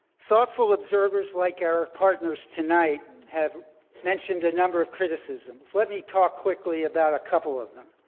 thoughtful observers like our partners tonight have mentioned a number of criticisms. let me talk quickly about a couple of them.